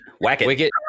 Wicket